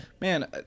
man